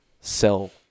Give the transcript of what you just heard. sell